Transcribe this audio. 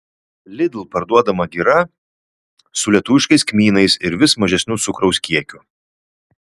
lidl parduodama gira su lietuviškais kmynais ir vis mažesniu cukraus kiekiu